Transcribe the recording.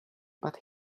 but